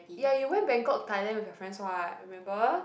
ya you went Bangkok Thailand with your friends what remember